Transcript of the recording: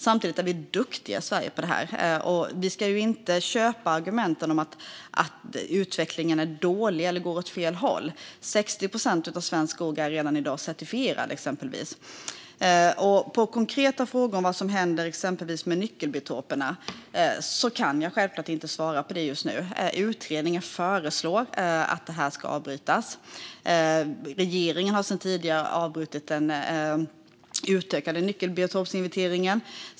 Samtidigt är vi i Sverige duktiga på det här - vi ska inte köpa argumenten att utvecklingen är dålig eller går åt fel håll, för 60 procent av svensk skog är i dag redan certifierad, till exempel. Just nu kan jag självklart inte svara på den konkreta frågan vad som händer med exempelvis nyckelbiotoperna. Utredningen föreslår att detta ska avbrytas, och regeringen har sedan tidigare avbrutit den utökade nyckelbiotopsinventeringen.